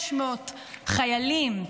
600 חיילים.